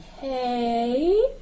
Hey